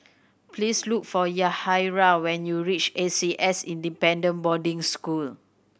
please look for Yahaira when you reach A C S Independent Boarding School